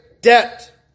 debt